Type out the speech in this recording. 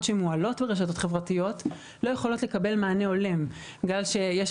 שמועלות ברשתות חברתיות לא יכולות לקבל מענה הולם בגלל שיש